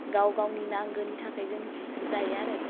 गाव गावनि नांगौनि थाखाय जों जिखोनो दायो आरो